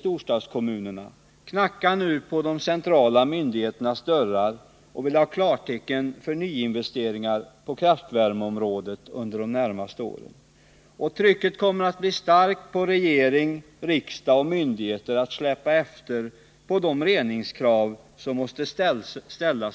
storstadskommunerna, knackar nu på de centrala myndigheternas dörrar och vill ha klartecken för nyinvesteringar under de närmaste åren på kraftvärmeområdet. Trycket kommer att bli starkt på regering, riksdag och myndigheter att släppa efter på de reningskrav som måste ställas